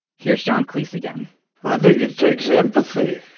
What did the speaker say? here's john cleese again i think it takes empathy.